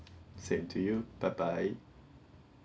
same to you bye bye